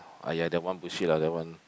!aiya! that one bullshit lah that one